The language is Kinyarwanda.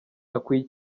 akwiye